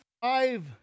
five